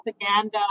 propaganda